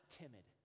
timid